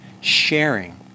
sharing